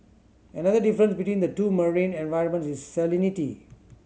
another difference between the two marine environments is salinity